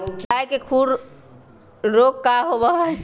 गाय के खुर रोग का होबा हई?